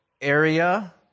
area